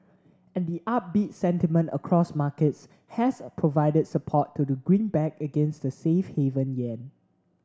and the upbeat sentiment across markets has provided support to the greenback against the safe haven yen